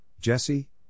Jesse